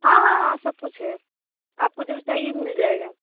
हाँ हाँ हाँ सब कुछ है आपको जो चाहिए मिल जाएगा